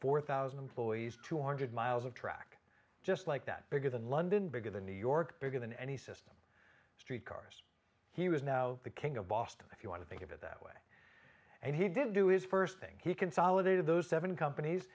four thousand employees two hundred miles of track just like that bigger than london bigger than new york bigger than any system street cars he was now the king of boston if you want to think of it that way and he did do is first thing he consolidated those seven companies